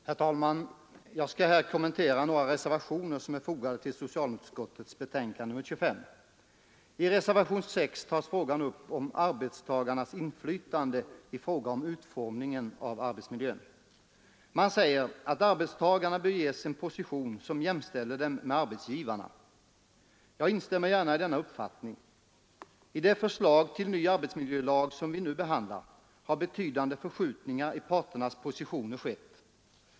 Herr talman! Jag skall här kommentera några reservationer som är fogade till socialutskottets betänkande nr 25. I reservationen 6 tas frågan upp om arbetstagarnas inflytande på utformningen av arbetsmiljön. Man säger att arbetstagarna bör ges en position som jämställer dem med arbetsgivarna. Jag instämmer gärna i denna uppfattning. I det förslag till ny arbetsmiljölag som vi nu behandlar har betydande förskjutningar i parternas positioner skett.